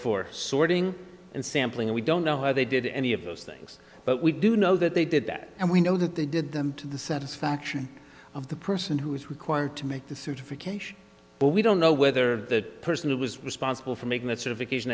for sorting and sampling we don't know how they did any of those things but we do know that they did that and we know that they did them to the satisfaction of the person who is required to make the certification but we don't know whether the person who was responsible for making that sort of occasion